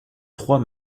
trois